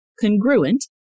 congruent